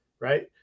right